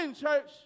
church